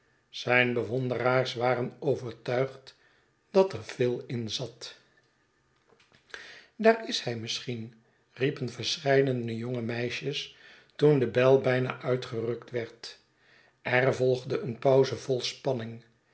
waren overtuigd dat er veel inzat daar is hij misschien riepen verscheidene jongemeisjes toen de bel bijna uitgerukt werd er volgde een pauze vol spanning